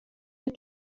der